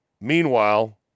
Meanwhile